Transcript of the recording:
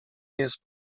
jest